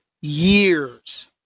years